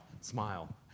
smile